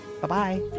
Bye-bye